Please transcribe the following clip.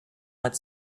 had